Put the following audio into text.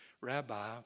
rabbi